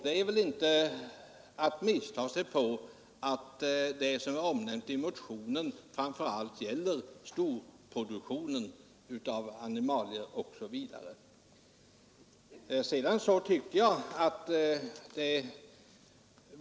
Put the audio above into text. Det är väl inte att missta sig på att de förhållanden som nämns i motionen framför allt gäller storproduktionen av animalier.